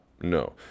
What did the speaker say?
No